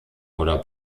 oder